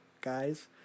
guys